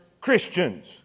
Christians